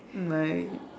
my